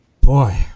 boy